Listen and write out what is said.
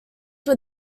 were